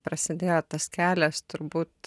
prasidėjo tas kelias turbūt